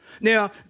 Now